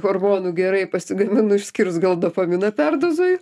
hormonų gerai pasigaminu išskyrus gal dopamino perduozoju